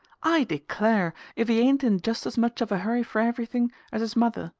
i declare, if he ain't in just as much of a hurry f'r everything as his mother!